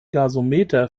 gasometer